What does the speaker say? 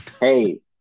hey